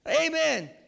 Amen